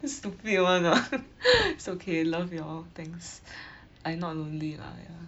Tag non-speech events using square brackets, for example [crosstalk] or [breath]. stupid [one] ah [breath] so okay love you all thanks [breath] I not lonely lah ya